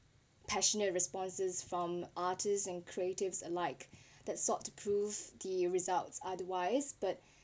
passionate responses from artists and creative alike that sought to prove the results otherwise but